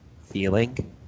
feeling